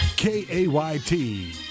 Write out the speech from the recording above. K-A-Y-T